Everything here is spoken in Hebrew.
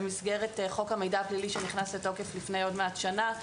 במסגרת חוק המידע הפלילי שנכנס לתוקף לפני כמעט שנה.